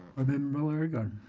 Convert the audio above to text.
um and muller-aragon.